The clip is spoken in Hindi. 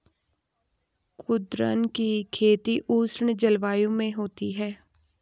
कुद्रुन की खेती उष्ण जलवायु में होती है